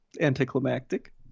anticlimactic